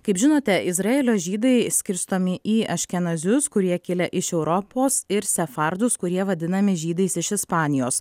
kaip žinote izraelio žydai skirstomi į aškenazius kurie kilę iš europos ir sefardus kurie vadinami žydais iš ispanijos